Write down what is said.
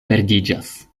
perdiĝas